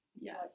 Yes